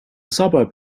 suburb